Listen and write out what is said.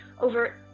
over